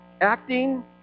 Acting